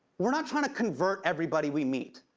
we're not trying to convert everybody we meet.